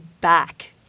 back